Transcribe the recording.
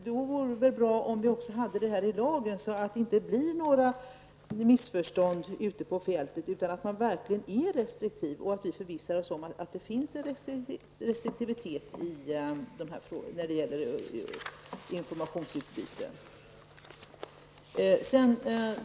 Då vore det väl bra om det också stod i lagen, så att det inte blir några missförstånd ute på fältet utan man verkligen är restriktiv. På det sättet förvissar vi oss om att det finns en restriktivitet när det gäller informationsutbytet.